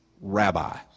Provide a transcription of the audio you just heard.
rabbi